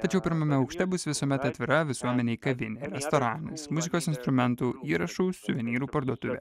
tačiau pirmame aukšte bus visuomet atvira visuomenei kavinė restoranas muzikos instrumentų įrašų suvenyrų parduotuvė